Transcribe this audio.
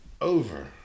over